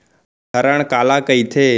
धरण काला कहिथे?